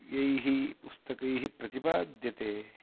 यैः पुस्तकैः प्रतिपाद्यते